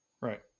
Right